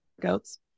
goats